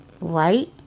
right